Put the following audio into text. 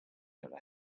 going